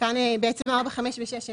בפרט 98.03,